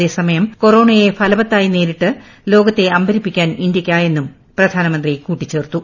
അതേസമയം കൊറോണയെ ഫലവത്തായി നേരിട്ട് ലോകത്തെ അമ്പരപ്പിക്കാൻ ഇന്ത്യയ്ക്ക് ആയെന്നും പ്രധാനമന്ത്രി കൂട്ടിച്ചേർത്തു